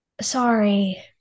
sorry